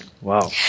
Wow